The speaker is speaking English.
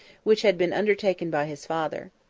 which had been undertaken by his father.